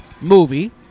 movie